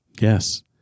yes